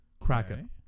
Kraken